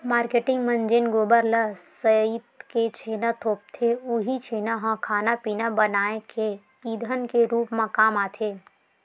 marketing मन जेन गोबर ल सइत के छेना थोपथे उहीं छेना ह खाना पिना बनाए के ईधन के रुप म काम आथे